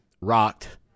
Rocked